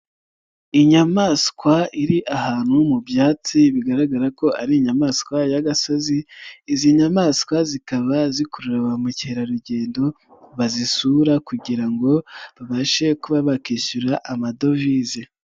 Inyamaswa iri ahantu mu byatsi bigaragara ko ari inyamaswa y'agasozi, izi nyamaswa zikaba zikurura ba mukerarugendo bazisura kugira ngo babashe kuba bakishyura amadovize.